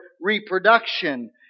reproduction